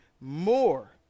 more